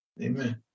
Amen